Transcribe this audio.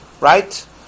Right